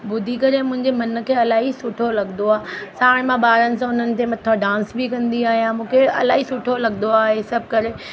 ॿुधी करे मुंहिंजे मन खे इलाही सुठो लॻंदो आहे साण मां ॿारनि सां हुननि जे मथो डांस बि कंदी आहियां मूंखे इलाही सुठो लॻंदो आहे इहे सभु करे